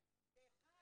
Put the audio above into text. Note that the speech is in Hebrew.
כאחד,